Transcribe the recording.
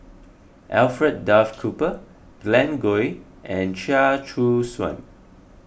Alfred Duff Cooper Glen Goei and Chia Choo Suan